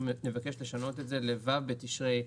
וכאן אנחנו מבקשים לשנות ל- ו' בתשרי,